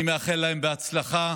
אני מאחל להם בהצלחה.